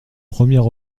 premier